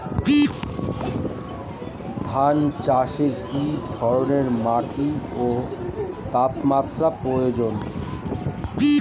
ধান চাষে কী ধরনের মাটি ও তাপমাত্রার প্রয়োজন?